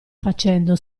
facendo